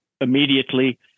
immediately